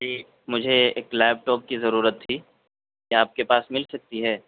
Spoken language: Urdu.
جی مجھے ایک لیپ ٹاپ کی ضرورت تھی کیا آپ کے پاس مل سکتی ہے